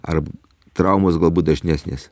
ar traumos galbūt dažnesnės